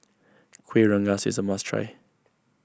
Kuih Rengas is a must try